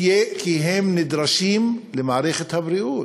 כי הם נדרשים למערכת הבריאות.